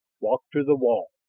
walked to the wall.